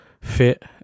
fit